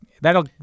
that'll